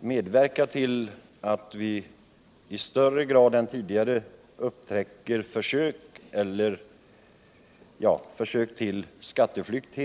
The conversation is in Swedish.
medverka till att vi i större utsträckning än tidigare upptäcker försök till skatteflykt.